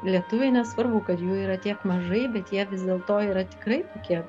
lietuviai nesvarbu kad jų yra tiek mažai bet jie vis dėlto yra tikrai tokie